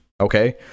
Okay